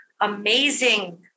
amazing